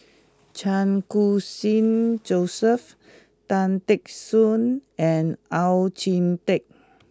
Chan Khun Sing Joseph Tan Teck Soon and Oon Jin Teik